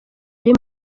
yari